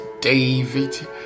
David